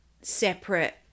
separate